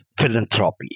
philanthropy